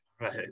right